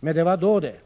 Det var då det.